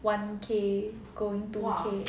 one K going two K